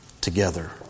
together